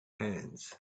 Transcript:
hands